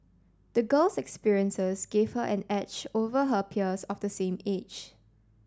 the girl's experiences gave her an edge over her peers of the same age